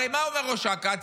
הרי מה אומר ראש אכ"א?